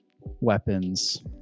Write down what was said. weapons